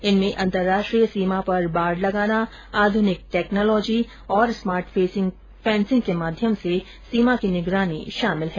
इनमें अंतरराष्ट्रीय सीमा पर बाड़ लगाना आधुनिक टेक्नोलॉजी और स्मार्ट फेंसिंग के माध्यम से सीमा की निगरानी शामिल है